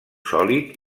sòlid